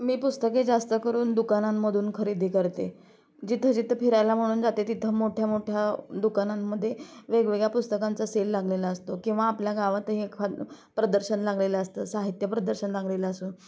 मी पुस्तके जास्त करून दुकानांमधून खरेदी करते जिथं जिथं फिरायला म्हणून जाते तिथं मोठ्या मोठ्या दुकानांमध्ये वेगवेगळ्या पुस्तकांचा सेल लागलेला असतो किंवा आपल्या गावात हे एखाद प्रदर्शन लागलेलं असतं साहित्य प्रदर्शन लागलेलं असो